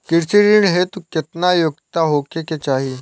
कृषि ऋण हेतू केतना योग्यता होखे के चाहीं?